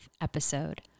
episode